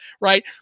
right